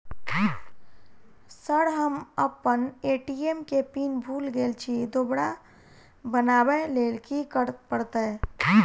Sir हम अप्पन ATM केँ पिन भूल गेल छी दोबारा बनाबै लेल की करऽ परतै?